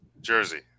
Jersey